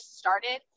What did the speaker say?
started